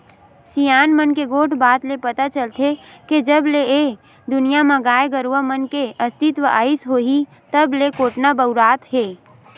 सियान मन के गोठ बात ले पता चलथे के जब ले ए दुनिया म गाय गरुवा मन के अस्तित्व आइस होही तब ले कोटना बउरात हे